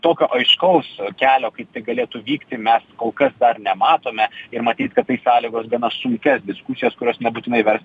tokio aiškaus kelio kaip tai galėtų vykti mes kol kas dar nematome ir matyt kad tai sąlygos gana sunkias diskusijas kurios nebūtinai vers